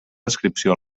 descripció